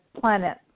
planet